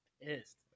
pissed